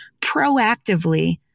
proactively